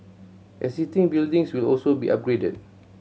existing buildings will also be upgraded